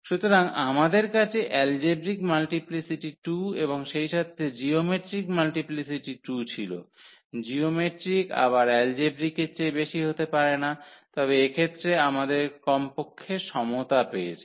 সুতরাং আমাদের কাছে এলজেব্রিক মাল্টিপ্লিসিটি 2 এবং সেইসাথে জিওমেট্রিক মাল্টিপ্লিসিটিও 2 ছিল জিওমেট্রিক আবার এলজেব্রিকের চেয়ে বেশি হতে পারে না তবে এক্ষেত্রে আমরা কমপক্ষে সমতা পেয়েছি